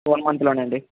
one month లోనే అండి